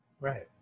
Right